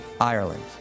Ireland